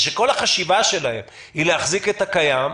ושכל החשיבה שלהם היא להחזיק את הקיים,